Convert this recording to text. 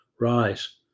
rise